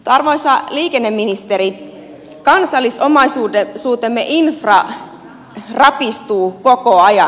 arvoisa liikenneministeri kansallisomaisuutemme infra rapistuu koko ajan